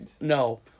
no